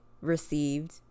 received